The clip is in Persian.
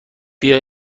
بیا